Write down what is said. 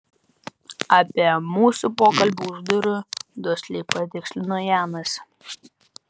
apie mūsų pokalbį už durų dusliai patikslino janas